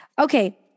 Okay